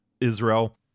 Israel